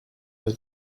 your